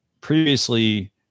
previously